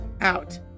out